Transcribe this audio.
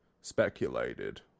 speculated